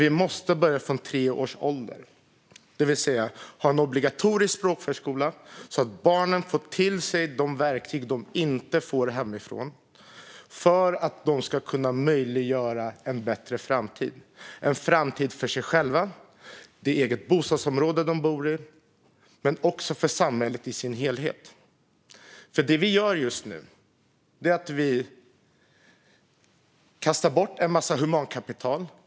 Vi måste börja från tre års ålder, det vill säga ha en obligatorisk språkförskola så att barnen får till sig de verktyg de inte får hemifrån för att möjliggöra en bättre framtid - för dem själva och det bostadsområde de bor i men också för samhället som helhet. Det vi gör just nu är att vi kastar bort en massa humankapital.